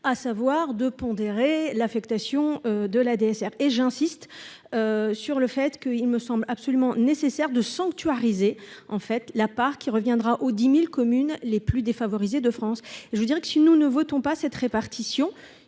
à savoir de pondérer l'affectation de la DSR, et j'insiste sur le fait que, il me semble absolument nécessaire de sanctuariser, en fait, la part qui reviendra au 10000 communes les plus défavorisées de France, je vous dirais que si nous ne votons pas cette répartition